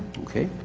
okay.